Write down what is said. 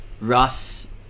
Russ